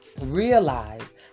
realize